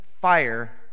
fire